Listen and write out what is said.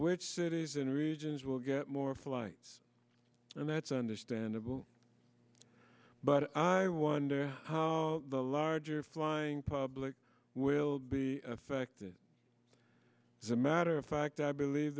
which cities and regions will get more flights and that's understandable but i wonder how the larger flying public will be affected as a matter of fact i believe